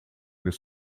des